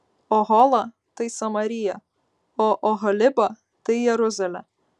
ohola tai samarija o oholiba tai jeruzalė